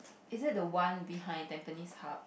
is it the one behind tampines Hub